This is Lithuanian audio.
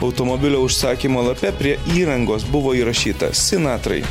automobilio užsakymo lape prie įrangos buvo įrašyta sinatrai